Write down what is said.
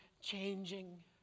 changing